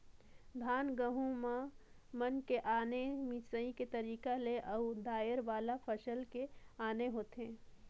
धान, गहूँ मन के आने मिंसई के तरीका हे अउ दायर वाला फसल के आने होथे